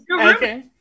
Okay